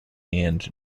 and